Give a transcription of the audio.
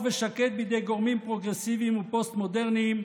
ושקט בידי גורמים פרוגרסיביים ופוסט-מודרניים,